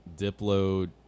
Diplo